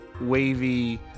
wavy